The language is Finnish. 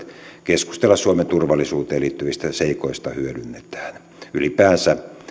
keskustella suomen turvallisuuteen liittyvistä seikoista hyödynnetään ylipäänsä